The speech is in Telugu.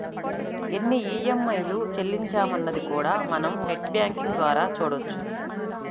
ఎన్ని ఈఎంఐలు చెల్లించామన్నది కూడా మనం నెట్ బ్యేంకింగ్ ద్వారా చూడొచ్చు